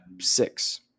six